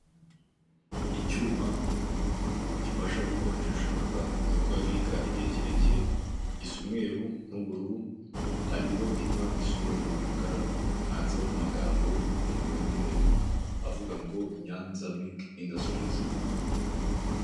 Icyuma gifasha gukonjesha amata no kuyabika igihe kirekire gisa umweru n'ubururu, hariho inka isa umweru n'umukara handitseho n'amagambo y'umweru avuga ngo Nyanza kirike indasitirizi. industries